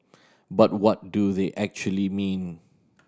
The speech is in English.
but what do they actually mean